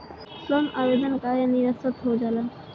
Loan आवेदन काहे नीरस्त हो जाला?